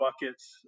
buckets